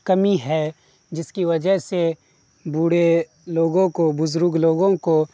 کمی ہے جس کی وجہ سے بوڑھے لوگوں کو بزرگ لوگوں کو